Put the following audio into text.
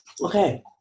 Okay